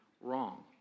wrong